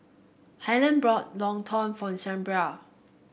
Helyn brought Lontong for Shelba